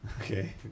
Okay